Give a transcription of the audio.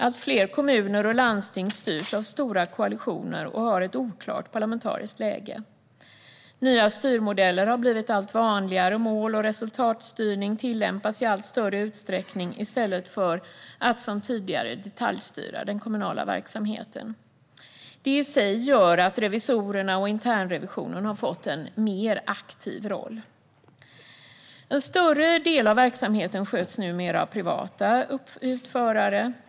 Allt fler kommuner och landsting styrs av stora koalitioner och har ett oklart parlamentariskt läge. Nya styrmodeller har blivit vanligare, och mål och resultatstyrning tillämpas i allt större utsträckning i stället för den tidigare detaljstyrningen av den kommunala verksamheten. Det i sig gör att revisorerna och internrevisionen har fått en mer aktiv roll. En större del av verksamheten sköts numera av privata utförare.